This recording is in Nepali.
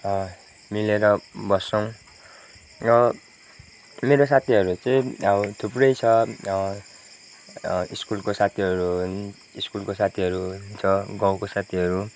मिलेर बस्छौँ मेरो साथीहरू चाहिँ अब थुप्रै छ स्कुलको साथीहरू हुन् स्कुलको साथीहरू हुन्छ गाउँको साथीहरू